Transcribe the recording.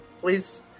please